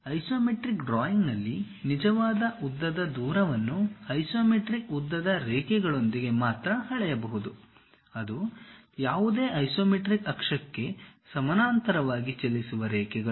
isometric ಡ್ರಾಯಿಂಗ್ನಲ್ಲಿ ನಿಜವಾದ ಉದ್ದದ ದೂರವನ್ನು ಐಸೊಮೆಟ್ರಿಕ್ ಉದ್ದದ ರೇಖೆಗಳೊಂದಿಗೆ ಮಾತ್ರ ಅಳೆಯಬಹುದು ಅದು ಯಾವುದೇ ಐಸೊಮೆಟ್ರಿಕ್ ಅಕ್ಷಕ್ಕೆ ಸಮಾನಾಂತರವಾಗಿ ಚಲಿಸುವ ರೇಖೆಗಳು